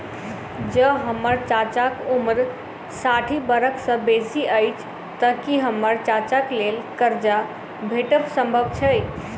जँ हम्मर चाचाक उम्र साठि बरख सँ बेसी अछि तऽ की हम्मर चाचाक लेल करजा भेटब संभव छै?